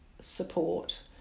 support